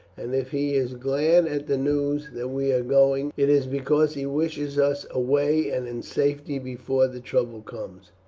and if he is glad at the news that we are going, it is because he wishes us away and in safety before the trouble comes.